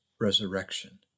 resurrection